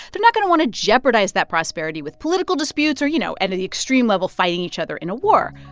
they're not going to want to jeopardize that prosperity with political disputes or, you know, at and an extreme level, fighting each other in a war.